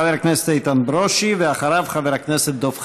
חבר הכנסת איתן ברושי, ואחריו, חבר הכנסת דב חנין.